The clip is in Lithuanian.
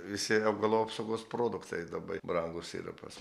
visi augalų apsaugos produktai dabai brangūs yra pas